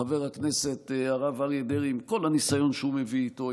חבר הכנסת הרב אריה דרעי עם כל הניסיון שהוא מביא איתו,